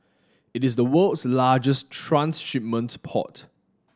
it is the world's largest transshipment port